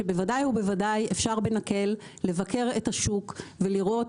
היא שבוודאי ובוודאי אפשר בנקל לבקר את השוק ולראות